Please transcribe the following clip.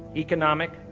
economic,